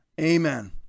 Amen